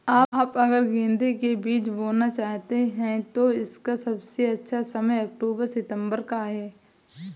आप अगर गेंदे के बीज बोना चाहते हैं तो इसका सबसे अच्छा समय अक्टूबर सितंबर का है